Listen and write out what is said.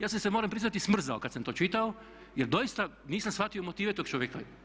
Ja sam se moram priznati smrzao kad sam to čitao jer doista nisam shvatio motive tog čovjeka.